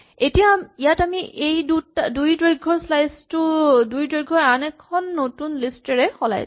এতিয়া ইয়াত আমি এই দুই দৈৰ্ঘৰ স্লাইচ টো দুই দৈৰ্ঘৰ আন এখন নতুন লিষ্ট এৰে সলাইছো